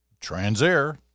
Transair